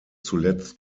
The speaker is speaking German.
zuletzt